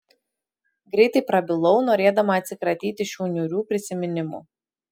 greitai prabilau norėdama atsikratyti šių niūrių prisiminimų